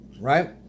right